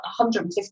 150